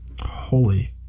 Holy